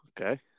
okay